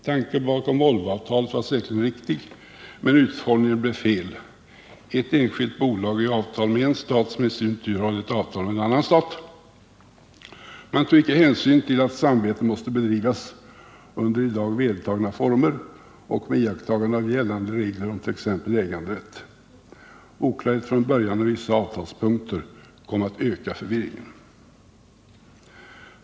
Tanken bakom Volvoavtalet var säkerligen riktig, men utformningen blev felaktig — ett enskilt bolag i avtal med en stat, som sedan har ett avtal med en annan stat. Man tog inte hänsyn till att samarbetet måste bedrivas under i dag vedertagna former och med iakttagande av gällande regler om exempelvis äganderätt. Oklarhet från början om vissa avtalspunkter kom att öka förvirringen.